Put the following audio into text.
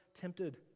tempted